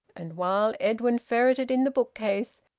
and while edwin ferreted in the bookcase,